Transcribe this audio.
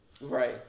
Right